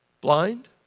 Blind